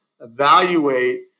evaluate